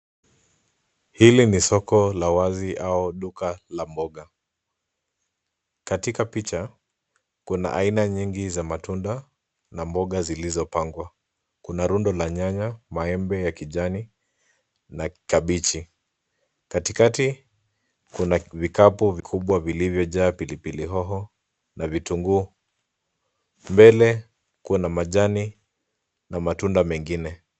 Hili ni soko la wazi au duka la mboga. Katika picha kuna aina nyingi za matunda na mboga zilizopangwa. Kuna rundo la nyanya, maembe ya kijani na kabichi. Katikati kuna vikapu vikubwa vilivyojaa pilipili hoho na vitunguu. Mbele kuna majani na matunda mengine.